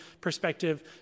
perspective